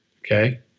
Okay